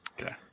Okay